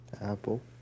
Apple